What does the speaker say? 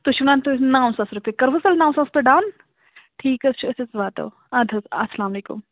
تُہۍ چھِو وَنان نو ساس رۄپیہِ کٔروٕ تیٚلہِ نو ساس تۄہہِ ڈَن ٹھیٖک حظ چھِ أسۍ حظ واتَو اَدٕ حظ اَسلام علیکُم